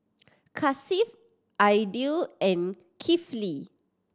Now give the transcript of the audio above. Hasif Aidil and Kifli